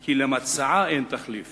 כי למצעה אין תחליף